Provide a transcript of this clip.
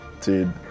Dude